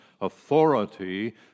authority